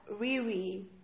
Riri